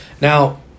Now